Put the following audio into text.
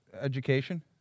education